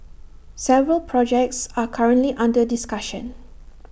several projects are currently under discussion